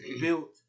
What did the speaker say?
built